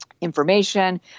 information